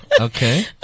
Okay